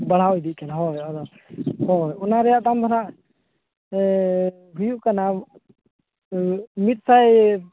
ᱵᱟᱲᱦᱟᱣ ᱤᱫᱤᱜ ᱠᱟᱱᱟ ᱦᱳᱭ ᱟᱫᱚ ᱦᱳᱭ ᱚᱱᱟ ᱨᱮᱱᱟᱜ ᱫᱟᱢ ᱫᱚ ᱱᱟᱦᱟᱜ ᱦᱩᱭᱩᱜ ᱠᱟᱱᱟ ᱢᱤᱫᱥᱟᱭ